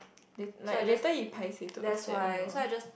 they like later he paiseh to accept you know